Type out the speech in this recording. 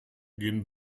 gehen